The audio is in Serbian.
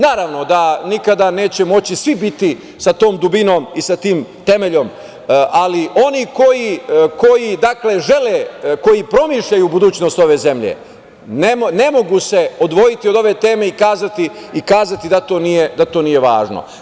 Naravno da nikada neće moći svi biti sa tom dubinom i sa tim temeljom, ali oni koji žele, koji promišljaju budućnost ove zemlje ne mogu se odvojiti od ove teme i kazati da to nije važno.